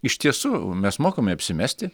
iš tiesų mes mokame apsimesti